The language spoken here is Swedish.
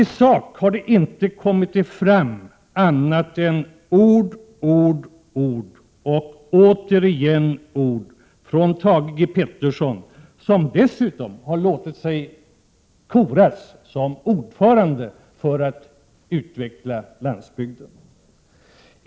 I sak har det inte kommit annat än ord, ord, ord och återigen ord från Thage G Peterson, som dessutom har låtit sig bli korad till ordförande för att utveckla landsbygden.